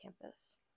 Campus